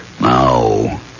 Now